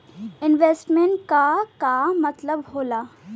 Investment क का मतलब हो ला?